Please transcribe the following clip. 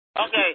Okay